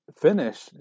finish